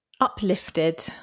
Uplifted